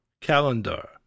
Calendar